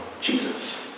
Jesus